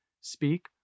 speak